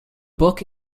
book